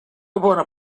bona